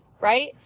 right